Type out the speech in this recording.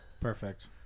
Perfect